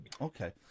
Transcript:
Okay